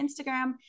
Instagram